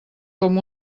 com